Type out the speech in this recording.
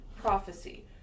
prophecy